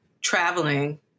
traveling